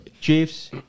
Chiefs